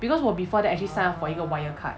because 我 before that actually sign up for 一个 wire card